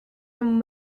from